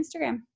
Instagram